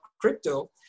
crypto